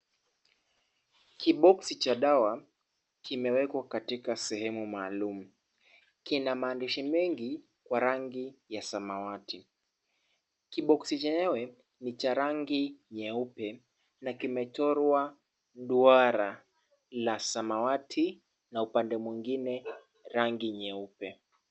Kiboksi cha dawa, kimewekwa katika sehemu maalum. Kina maandishi mengi kwa rangi ya samawati. Kiboksi chenyewe, ni cha rangi nyeupe, na kumechorwa duara la samawati na upande mwingine rangi nyeupe.